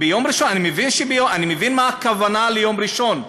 אני מבין מה הכוונה ליום ראשון,